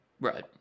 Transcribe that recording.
Right